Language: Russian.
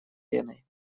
леной